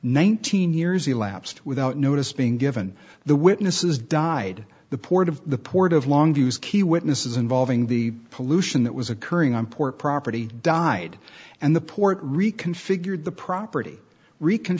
nineteen years elapsed without notice being given the witnesses died the port of the port of long view is key witnesses involving the pollution that was occurring on port property died and the port reconfigured the property